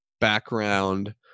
background